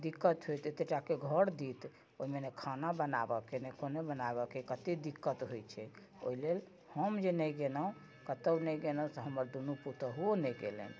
दिक्कत होयत एतेटा कऽ घर देत ओहिमे नहि खाना बनाबऽके नहि कोनो बनाबऽके कतेक दिक्कत होइत छै ओहि लेल हम जे नहि गेलहुँ कतहुँ नहि गेलहुँ तऽ हमर पुतहुओ नहि गेलनि